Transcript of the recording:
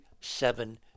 seven